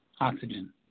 oxygen